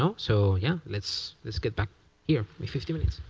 um so yeah. let's let's get back here in fifteen minutes.